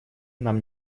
нам